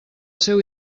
seu